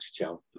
Joe